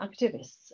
activists